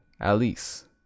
Alice